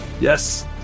Yes